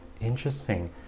Interesting